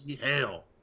hell